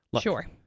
Sure